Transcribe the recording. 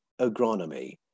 agronomy